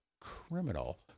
criminal